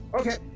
okay